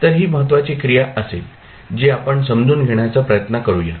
तर ही महत्त्वाची क्रिया असेल जी आपण समजून घेण्याचा प्रयत्न करूया